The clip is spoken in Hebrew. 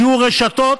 שיהיו רשתות.